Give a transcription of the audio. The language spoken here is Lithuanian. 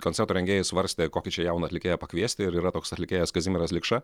koncerto rengėjai svarstė kokį čia jauną atlikėją pakviesti ir yra toks atlikėjas kazimieras likša